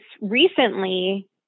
recently